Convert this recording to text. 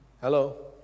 Hello